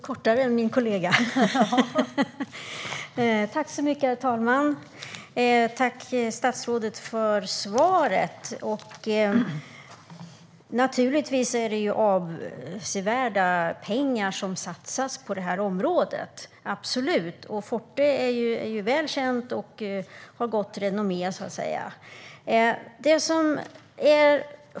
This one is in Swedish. Herr talman! Jag tackar statsrådet för svaret. Naturligtvis är det avsevärda pengar som satsas på detta område, och Forte är väl känt och har gott renommé.